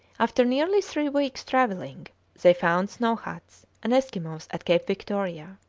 after nearly three weeks' travelling they found snow-huts and eskimos at cape victoria.